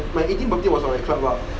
my eighteenth birthday was on a club lah